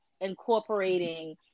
incorporating